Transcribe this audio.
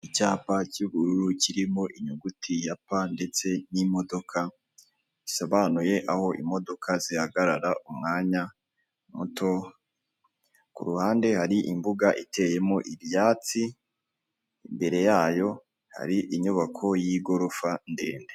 Icyapa cy'ubururu kirimo inyuguti ya pa ndetse n'imodoka, bisobanuye aho imodoka zihagarara umwanya muto, ku ruhande hari imbuga iteyemo ibyatsi, imbere yayo hari inyubako y'igorofa ndende.